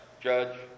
judge